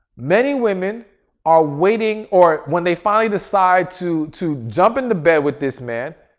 many women are waiting or when they finally decide to, to jump into bed with this man,